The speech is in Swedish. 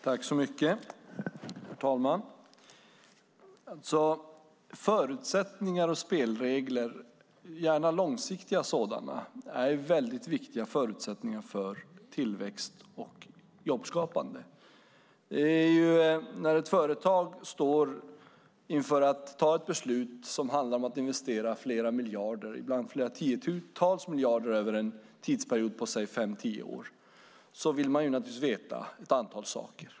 Herr talman! Förutsättningar och spelregler, gärna långsiktiga sådana, är väldigt viktiga för tillväxt och jobbskapande. När ett företag står inför att ta ett beslut som handlar om att investera flera miljarder, ibland flera tiotals miljarder, över en tidsperiod på fem-tio år vill man naturligtvis veta ett antal saker.